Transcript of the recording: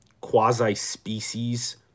quasi-species